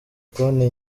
konti